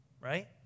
right